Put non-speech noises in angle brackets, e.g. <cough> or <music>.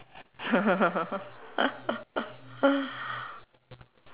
<laughs>